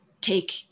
take